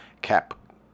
cap